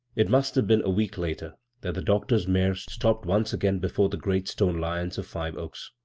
it must have been a week later that the doctor's mare stopped once again before the great stone lions of five oaks.